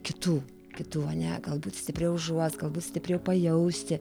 kitų kitų ane galbūt stipriau užuost galbūt stipriau pajausti